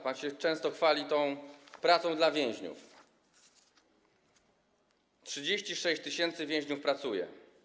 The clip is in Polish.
Pan często się chwali pracą dla więźniów: 36 tys. więźniów pracuje.